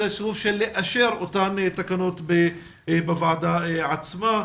שזה הסיבוב של אישור אותן תקנות בוועדה עצמה,